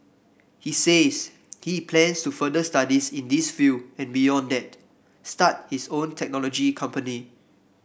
he says he plans to further studies in this field and beyond that start his own technology company